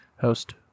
host